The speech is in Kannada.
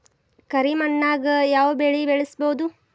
ಕರಿ ಮಣ್ಣಾಗ್ ಯಾವ್ ಬೆಳಿ ಬೆಳ್ಸಬೋದು?